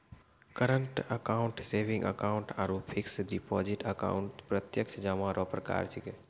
current account saving account आरु fix deposit account प्रत्यक्ष जमा रो प्रकार छिकै